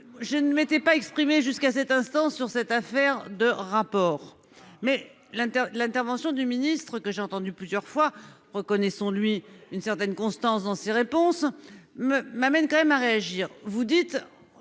je ne mettais pas exprimé jusqu'à cet instant sur cette affaire de rapport. Mais l'intérieur l'intervention du ministre que j'ai entendu plusieurs fois. Reconnaissons-lui une certaine constance dans ses réponses me m'amène quand même à réagir, vous dites.